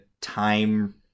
time